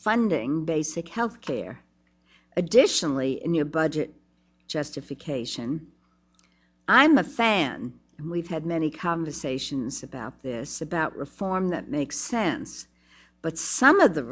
funding basic health care additionally in your budget justification i'm a fan and we've had many conversations about this about reform that makes sense but some of the